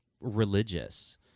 religious